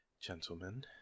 Gentlemen